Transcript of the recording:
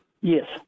Yes